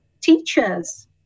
teachers